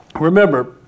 remember